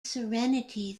serenity